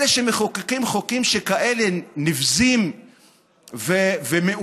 אלה שמחוקקים חוקים כאלה נבזיים ומאוסים,